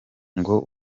ngo